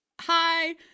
Hi